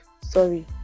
Sorry